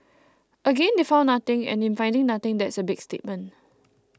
again they found nothing and in finding nothing that's a big statement